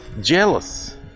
jealous